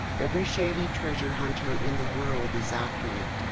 every shady treasure hunter in the world is after it.